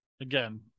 again